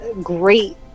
great